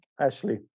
Ashley